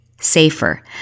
safer